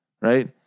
Right